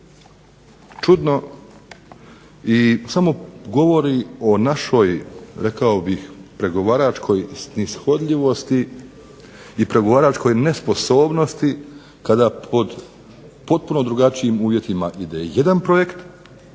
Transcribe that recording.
čudno i samo govori o našoj rekao bih pregovaračkoj snishodljivosti i pregovaračkoj nesposobnosti kada pod potpuno drugačijim uvjetima ide jedan projekt